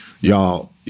y'all